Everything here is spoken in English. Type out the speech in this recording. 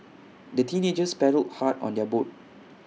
the teenagers paddled hard on their boat